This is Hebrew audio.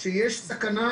שיש סכנה